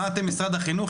מה אתם משרד החינוך,